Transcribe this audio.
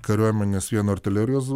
kariuomenės vieno artilerijos